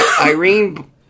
Irene